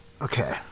Okay